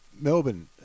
melbourne